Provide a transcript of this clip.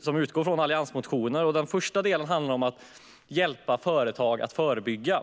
som utgår från alliansmotioner. Det första handlar om att hjälpa företag att förebygga.